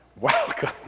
Welcome